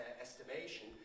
estimation